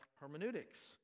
hermeneutics